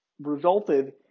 resulted